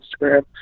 Instagram